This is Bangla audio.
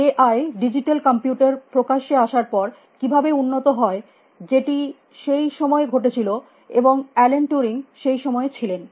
এআই ডিজিটাল কম্পিউটার প্রকাশ্যে আসার পর কিভাবে উন্নত হয় যেটি সেই সময়েই ঘটেছিল এবং অ্যালেন টুরিং সেই সময়ে ছিলেন